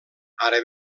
ara